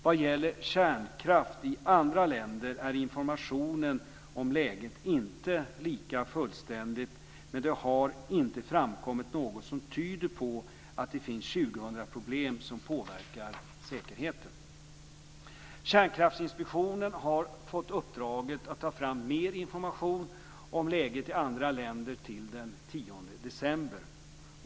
Vad gäller kärnkraft i andra länder är informationen om läget inte lika fullständig, men det har inte framkommit något som tyder på att det finns 2000 problem som påverkar säkerheten. Kärnkraftinspektionen har fått uppdraget att ta fram mer information om läget i andra länder till den 10 december.